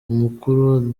umukuru